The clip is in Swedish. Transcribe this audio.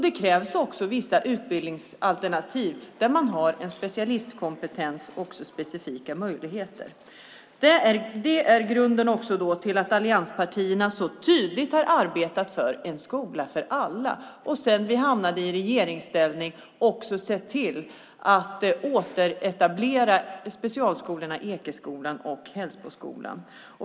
Det krävs också vissa utbildningsalternativ där man har en specialistkompetens och också specifika möjligheter. Det är grunden till att allianspartierna så tydligt har arbetat för en skola för alla och sedan vi hamnade i regeringsställning också sett till att återetablera specialskolorna Ekeskolan och Hällsboskolan.